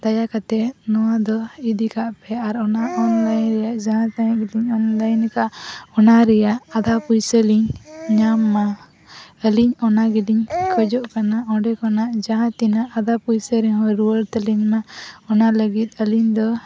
ᱫᱟᱭᱟ ᱠᱟᱛᱮᱫ ᱱᱚᱣᱟ ᱫᱚ ᱤᱫᱤ ᱠᱟᱜᱯᱮ ᱟᱨ ᱚᱱᱟ ᱚᱱᱞᱟᱭᱤᱱ ᱨᱮᱱᱟᱜ ᱡᱟᱦᱟᱸ ᱚᱱᱞᱟᱭᱤᱱ ᱟᱠᱟᱫᱼᱟ ᱚᱱᱟᱨᱮᱭᱟᱜ ᱟᱫᱷᱟ ᱯᱚᱭᱥᱟᱞᱤᱧ ᱧᱟᱢ ᱢᱟ ᱟᱞᱤᱧ ᱚᱱᱟᱜᱮᱞᱤᱧ ᱠᱷᱚᱡᱚᱜ ᱠᱟᱱᱟ ᱚᱸᱰᱮ ᱠᱷᱚᱱᱟᱜ ᱡᱟᱦᱟᱸ ᱛᱤᱱᱟᱹ ᱟᱫᱷᱟ ᱯᱚᱭᱥᱟ ᱨᱮᱦᱚᱸ ᱨᱩᱣᱟᱹᱲ ᱛᱟᱞᱤᱧᱢᱟ ᱚᱱᱟ ᱞᱟᱹᱜᱤᱫ ᱟᱞᱤᱧ ᱫᱚ